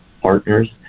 partners